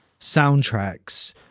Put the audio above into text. soundtracks